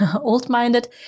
old-minded